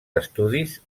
estudis